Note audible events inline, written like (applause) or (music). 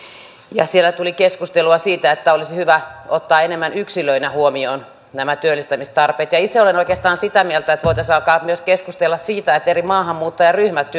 ja siellä tuli keskustelua siitä että olisi hyvä ottaa enemmän yksilöinä huomioon nämä työllistämistarpeet itse olen oikeastaan sitä mieltä että voitaisiin alkaa myös keskustella siitä että eri maahanmuuttajaryhmät (unintelligible)